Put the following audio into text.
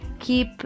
keep